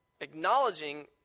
acknowledging